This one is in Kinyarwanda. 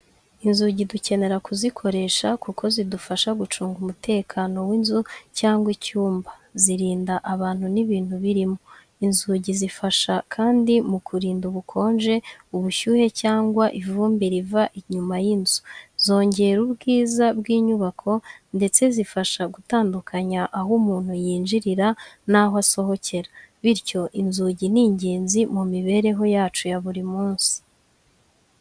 Inzugi dukenera kuzikoresha kuko zidufasha gucunga umutekano w’inzu cyangwa icyumba, zirinda abantu n’ibintu birimo. Inzugi zifasha kandi mu kurinda ubukonje, ubushyuhe cyangwa ivumbi riva inyuma y’inzu. Zongera ubwiza bw’inyubako ndetse zifasha gutandukanya aho umuntu yinjirira n’aho asohokera. Bityo, inzugi ni ingenzi mu mibereho yacu ya buri munsi.